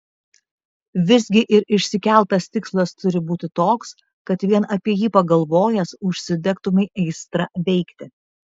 visgi ir išsikeltas tikslas turi būti toks kad vien apie jį pagalvojęs užsidegtumei aistra veikti